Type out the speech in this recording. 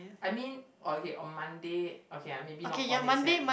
I mean or okay on Monday okay I maybe not for next sem